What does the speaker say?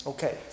Okay